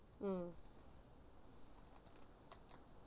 mm